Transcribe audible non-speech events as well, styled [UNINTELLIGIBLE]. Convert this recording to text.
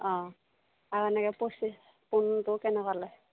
অ আৰু এনেকৈ [UNINTELLIGIBLE] পোণবোৰ কেনেকৈ লয়